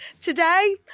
today